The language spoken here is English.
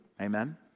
Amen